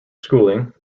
schooling